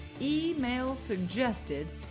email-suggested